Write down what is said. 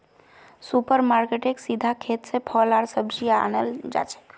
super मार्केटेत सीधा खेत स फल आर सब्जी अनाल जाछेक